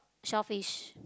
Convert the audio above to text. shellfish